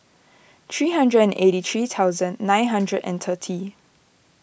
three hundred and eighty three thousand nine hundred and thirty